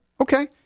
Okay